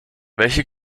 welch